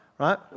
right